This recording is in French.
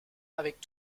avec